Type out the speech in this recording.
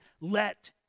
Let